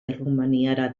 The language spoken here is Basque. errumaniara